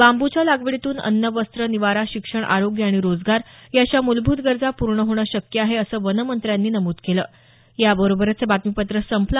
बांबूच्या लागवडीतून अन्न वस्त्र निवारा शिक्षण आरोग्य आणि रोजगार या अशा मूलभूत गरजा पूर्ण होणं शक्य आहे असं वनमंत्र्यांनी नमूद केलं